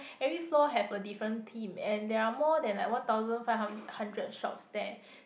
every floor have a different theme and there are more than like one thousand five hun~ hundred shops there